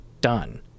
done